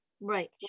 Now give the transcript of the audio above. right